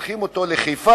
שולחים אותו לחיפה